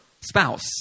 spouse